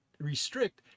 restrict